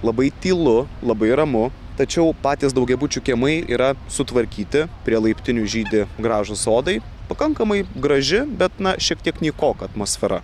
labai tylu labai ramu tačiau patys daugiabučių kiemai yra sutvarkyti prie laiptinių žydi gražūs sodai pakankamai graži bet na šiek tiek nykoka atmosfera